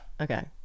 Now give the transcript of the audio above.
okay